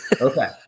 okay